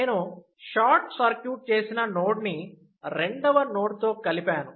నేను short circuit చేసిన node ని 2 వ నోడ్ తో కలిపాను